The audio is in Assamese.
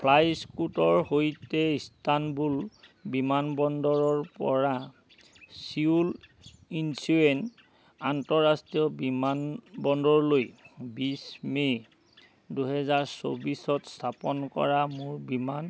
ফ্লাইস্কুটৰ সৈতে ইস্তানবুল বিমানবন্দৰৰ পৰা ছিউল ইঞ্চিয়ন আন্তঃৰাষ্ট্ৰীয় বিমানবন্দৰলৈ বিছ মে' দুই হেজাৰ চৌব্বিছত স্থাপন কৰা মোৰ বিমান